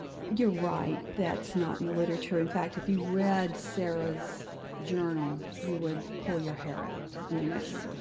you're right, that's not in the literature. in fact if you read sarah's journal you would pull your hair out. i mean it's